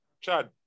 Chad